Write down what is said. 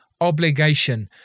obligation